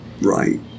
Right